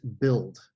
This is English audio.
BUILD